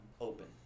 open